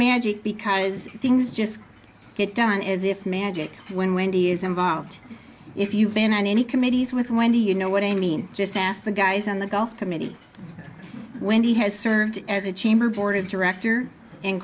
magic because things just get done is if magic when wendy is involved if you've been on any committees with wendy you know what i mean just ask the guys on the golf committee when he has served as a chamber board of director and